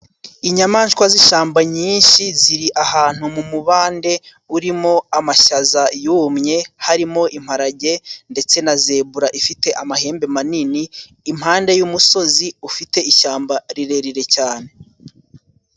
Inyamaswa z'ishyamba nyinshi ziri ahantu mu mubande, urimo amashaza yumye, harimo imparage ndetse na zebura ifite amahembe manini, impande y'umusozi ufite ishyamba rirerire cyane.